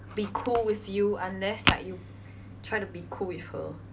be cool with you unless like you try to be cool with her